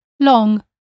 long